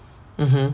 mmhmm